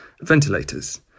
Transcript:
ventilators